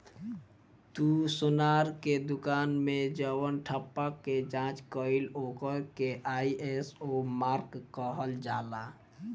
तू सोनार के दुकान मे जवन ठप्पा के जाँच कईल ओकर के आई.एस.ओ मार्क कहल जाला